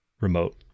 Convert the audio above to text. remote